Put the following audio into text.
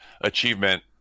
achievement